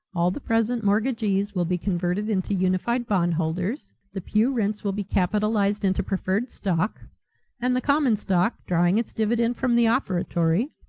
all the present mortgagees will be converted into unified bondholders, the pew rents will be capitalized into preferred stock and the common stock, drawing its dividend from the offertory,